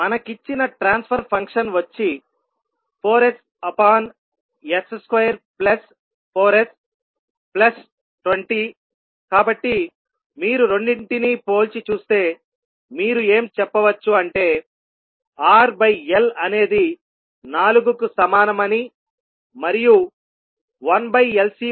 మనకిచ్చిన transfer function వచ్చి 4ss2 4s20 కాబట్టి మీరు రెండింటినీ పోల్చి చూస్తే మీరు ఏం చెప్పవచ్చు అంటే R బై L అనేది 4 కు సమానం అని మరియు 1 బై LC వచ్చి 20 కు సమానం